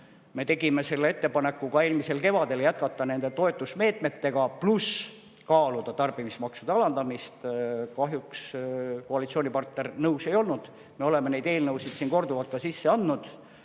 Me tegime eelmisel kevadel ettepaneku jätkata nende toetusmeetmetega, pluss kaaluda tarbimismaksude alandamist. Kahjuks koalitsioonipartner nõus ei olnud. Me oleme neid eelnõusid siin korduvalt sisse andnud